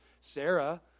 Sarah